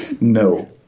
No